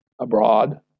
abroad